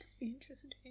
Interesting